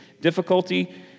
difficulty